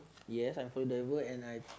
ya I heard the word and I